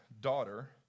Daughter